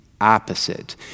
opposite